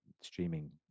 streaming